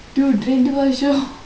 dude ரெண்டு வர்ஷம்:rendu varsham_